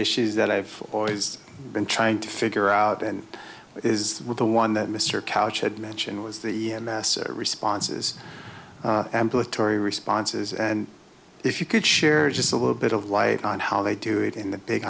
issues that i've always been trying to figure out and is the one that mr couch had mentioned was the mass responses ambulatory responses and if you could share just a little bit of light on how they do it in the big